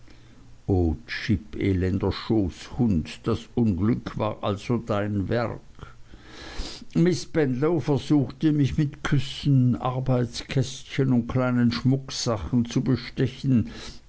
elender schoßhund das unglück war also dein werk miß spenlow versuchte mich mit küssen arbeitskästchen und kleinen schmucksachen zu bestechen